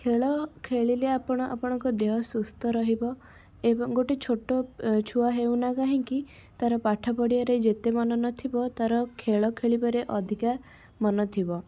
ଖେଳ ଖେଳିଲେ ଆପଣ ଆପଣଙ୍କ ଦେହ ସୁସ୍ଥ ରହିବ ଏବଂ ଗୋଟେ ଛୋଟ ଛୁଆ ହେଉ ନା କାହିଁକି ତାର ପାଠ ପଢ଼ିବାରେ ଯେତେ ମନ ନ ଥିବ ତାର ଖେଳ ଖେଳିବାରେ ଅଧିକା ମନ ଥିବ